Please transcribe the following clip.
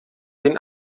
den